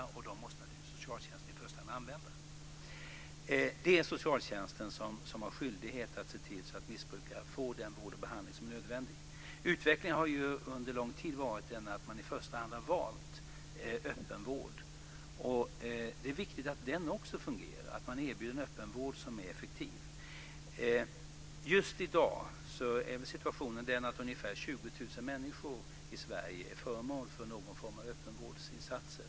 Dem måste naturligtvis socialtjänsten i första hand använda. Det är socialtjänsten som har skyldighet att se till så att missbrukare får den vård och behandling som är nödvändig. Utvecklingen har under lång tid varit den att man i första hand har valt öppen vård. Det är viktigt att den också fungerar. Man ska erbjuda en öppenvård som är effektiv. Just i dag är situationen den att ungefär 20 000 människor i Sverige är föremål för någon form av öppenvårdsinsatser.